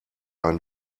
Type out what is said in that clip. einen